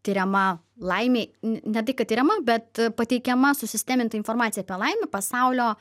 tiriama laimė ne tai kad tiriama bet pateikiama susisteminta informacija apie laimę pasaulio